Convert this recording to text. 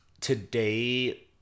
today